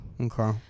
okay